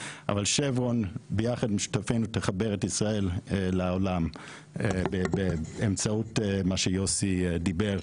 אבל שברון ביחד עם שותפינו תחבר את ישראל לעולם באמצעות מה שיוסי דיבר.